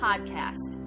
Podcast